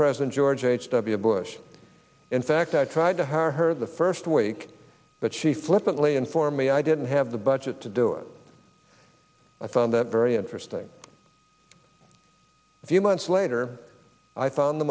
president george h w bush in fact i tried to hire her the first week but she flippantly and for me i didn't have the budget to do it i found that very interesting a few months later i found the